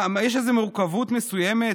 יש איזו מורכבות מסוימת,